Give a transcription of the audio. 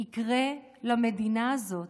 יקרה למדינה הזאת.